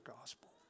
gospel